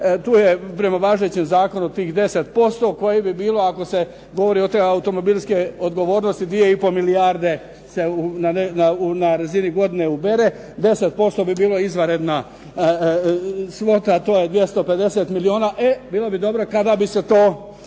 tu je prema važećem zakonu tih 10% koje bi bilo, ako se govori o te automobilske odgovornosti 2 i pol milijarde se na razini godine ubere, 10% bi bilo izvanredna svota, to je 250 milijona. E bilo bi dobro kada bi se to